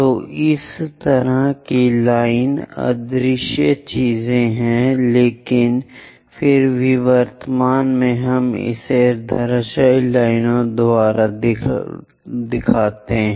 तो इस तरह की लाइनें अदृश्य चीजें हैं लेकिन फिर भी वर्तमान में हम इसे धराशायी लाइनों द्वारा दिखाते हैं